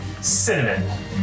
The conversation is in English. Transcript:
cinnamon